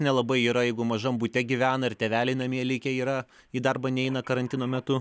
nelabai yra jeigu mažam bute gyvena ir tėveliai namie likę yra į darbą neina karantino metu